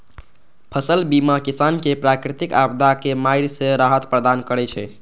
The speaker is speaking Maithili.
फसल बीमा किसान कें प्राकृतिक आपादाक मारि सं राहत प्रदान करै छै